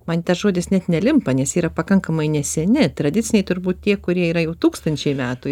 man tas žodis net nelimpa nes yra pakankamai neseni tradiciniai turbūt tie kurie yra jau tūkstančiai metų